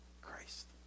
Christ